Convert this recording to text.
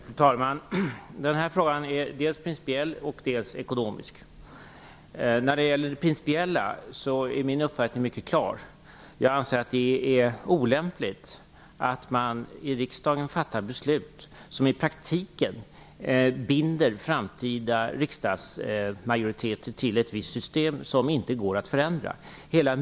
Fru talman! Den här frågan är dels principiell, dels ekonomisk. När det gäller det principiella är min uppfattning mycket klar. Jag anser att det är olämpligt att man i riksdagen fattar beslut som i praktiken binder framtida riksdagsmajoriteter till ett visst system som inte går att förändra.